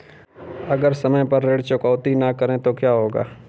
अगर हम समय पर ऋण चुकौती न करें तो क्या होगा?